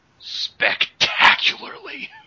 spectacularly